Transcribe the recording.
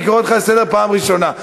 אני קורא אותך לסדר פעם ראשונה.